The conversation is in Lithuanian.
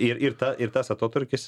ir ir ta ir tas atotrūkis